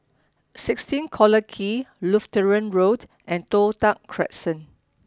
sixteen Collyer Quay Lutheran Road and Toh Tuck Crescent